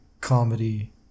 comedy